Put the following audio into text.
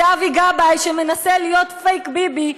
זה אבי גבאי שמנסה להיות פייק-ביבי,